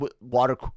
water